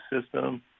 system